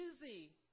busy